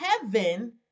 heaven